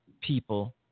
people